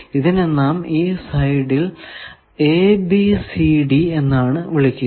ഇതിനെ നാം ഈ സൈഡിൽ A B C D എന്നാണ് വിളിക്കുക